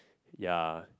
ya